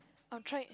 I tried